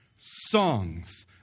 songs